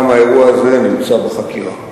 גם האירוע הזה נמצא בחקירה.